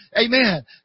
Amen